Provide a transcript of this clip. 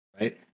right